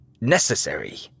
necessary